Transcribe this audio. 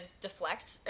deflect